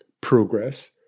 progress